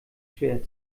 schwer